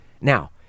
Now